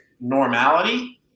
normality